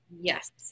Yes